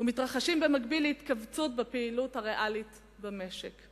ומתרחשים במקביל להתכווצות בפעילות הריאלית במשק.